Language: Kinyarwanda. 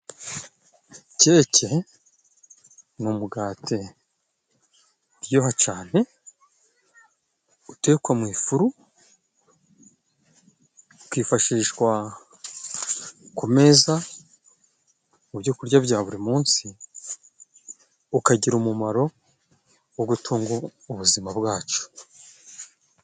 Keke ni umugati uryoha cane utekwa mu ifuru, ukifashishwa ku meza mu byo kurya bya buri munsi, ukagira umumaro wo gutunga ubuzima bwacu.